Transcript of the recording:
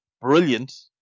brilliant